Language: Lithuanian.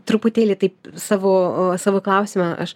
truputėlį taip savo savo klausimą aš